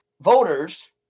voters